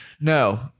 No